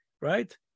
right